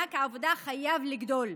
מענק העבודה חייב לגדול.